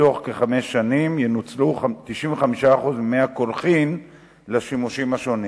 בתוך כחמש שנים ינוצלו 95% ממי הקולחין לשימושים השונים.